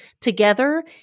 together